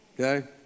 okay